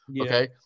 Okay